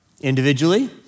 individually